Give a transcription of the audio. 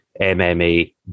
MMA